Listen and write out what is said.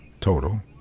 total